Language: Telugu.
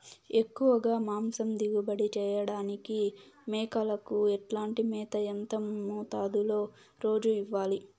ఎక్కువగా మాంసం దిగుబడి చేయటానికి మేకలకు ఎట్లాంటి మేత, ఎంత మోతాదులో రోజు ఇవ్వాలి?